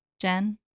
Jen